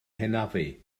hanafu